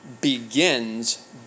begins